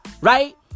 Right